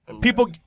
people